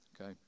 Okay